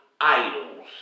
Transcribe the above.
idols